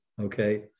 okay